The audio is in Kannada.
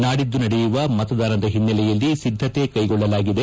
ನಾಡಿದ್ದು ನಡೆಯುವ ಮತದಾನದ ಹಿನ್ನೆಲೆಯಲ್ಲಿ ಸಿದ್ದತೆ ಕೈಗೊಳ್ಳಲಾಗಿದೆ